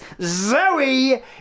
Zoe